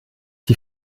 die